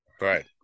Right